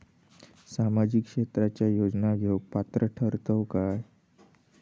सामाजिक क्षेत्राच्या योजना घेवुक पात्र ठरतव काय?